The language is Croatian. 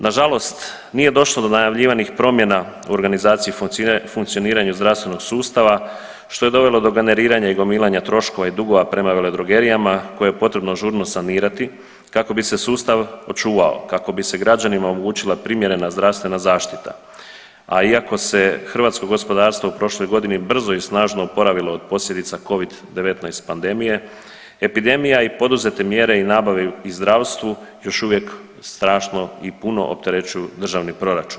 Nažalost, nije došlo do najavljivanih promjena u organizaciji i funkcioniranju zdravstvenog sustava, što je dovelo do generiranja i gomilanja troškova i dugova prema veledrogerijama koje je potrebno žurno sanirati kako bi se sustav očuvao, kako bi se građanima omogućila primjerena zdravstvena zaštita a iako se hrvatsko gospodarstvo u prošloj godini brzo i snažno oporavilo od posljedica COVID-19 pandemije, epidemija i poduzete mjere i nabave u zdravstvu još uvijek strašno i puno opterećuju državni proračun.